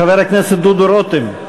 חבר הכנסת דודו רותם,